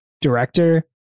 director